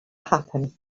happen